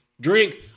Drink